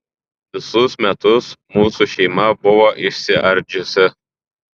visus metus mūsų šeima buvo išsiardžiusi